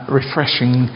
refreshing